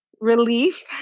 relief